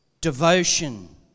devotion